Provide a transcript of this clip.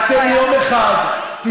ואתם יום אחד תסתכלו,